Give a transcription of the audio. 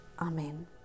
Amen